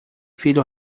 filho